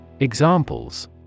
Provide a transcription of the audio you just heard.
Examples